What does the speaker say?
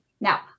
Now